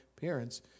parents